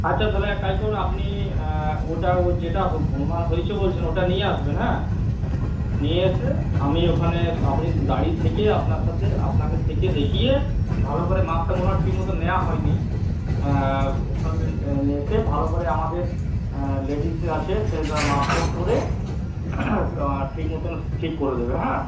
আচ্ছা তালে এক কাজ করুন আপনি ওটা ও যেটা হো গোলমাল হয়েচে বলছেন ওটা নিয়ে আসবেন হ্যাঁ নিয়ে এসে আমি ওখানে আপনি দাঁড়িয়ে থেকে আপনার সাথে আপনাকে থেকে দেখিয়ে ভালো করে মাপটা মনে হয় ঠিক মতোন নেওয়া হয় নি ওখান এসে ভালো করে আমাদের লেডিস আছে সেরা মাপঝোপ করে ঠিক মতোন ঠিক করে দেবে হ্যাঁ